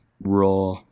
raw